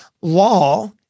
law